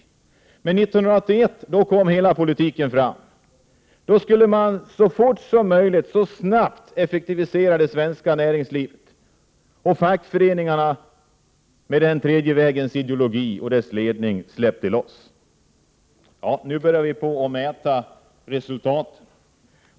Men 1981 bestämdes att det svenska näringslivet skulle effektiviseras så snabbt som möjligt, och fackföreningarna släppte loss på den tredje vägens ideologi. Nu kan vi börja mäta resultaten.